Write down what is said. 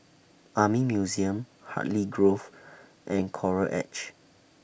Army Museum Hartley Grove and Coral Edge